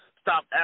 stop